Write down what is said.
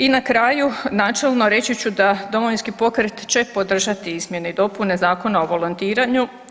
I na kraju načelno reći ću da Domovinski pokret će podržati izmjene i dopune Zakona o volontiranju.